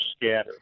scatter